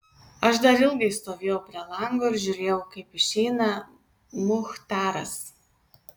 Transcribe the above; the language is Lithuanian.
aš dar ilgai stovėjau prie lango ir žiūrėjau kaip išeina muchtaras